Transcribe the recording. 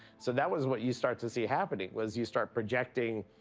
so that was what you start to see happening, was you start projecting,